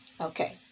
Okay